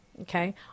Okay